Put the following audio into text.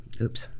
oops